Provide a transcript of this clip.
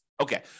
Okay